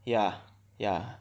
ya ya